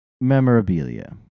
memorabilia